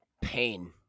Pain